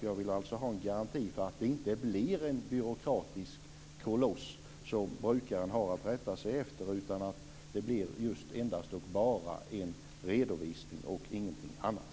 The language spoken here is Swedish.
Jag vill alltså ha en garanti för att det inte blir en byråkratisk koloss som brukaren har att rätta sig efter, utan att det blir endast fråga om en redovisning och ingenting annat.